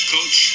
Coach